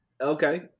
Okay